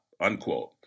unquote